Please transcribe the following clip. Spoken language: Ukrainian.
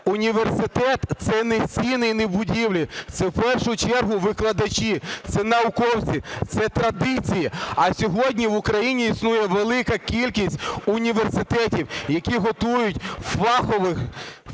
університет – це не стіни і не будівлі, це в першу чергу викладачі, це науковці, це традиції. А сьогодні в Україні існує є велика кількість університетів, які готують фахових